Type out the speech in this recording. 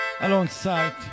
Alongside